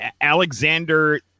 Alexander